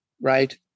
right